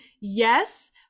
yes